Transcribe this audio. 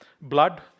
blood